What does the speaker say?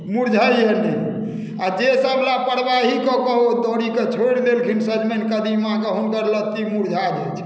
मुरझाइए नहि आ जेसभ लापरवाही कऽ कऽ ओ दौरीके छोड़ि देलखिन सजमनि कदीमाके हुनकर लत्ती मुरझा जाइत छनि